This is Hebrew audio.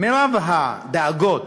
רוב הדאגות